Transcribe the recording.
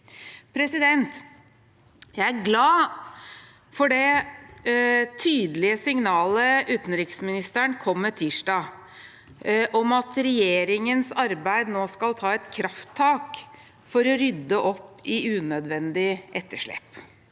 plikter. Jeg er glad for det tydelige signalet utenriksministeren kom med tirsdag om at regjeringen i sitt arbeid nå skal ta et krafttak for å rydde opp i unødvendig etterslep.